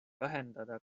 vähendada